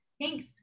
Thanks